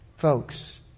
Folks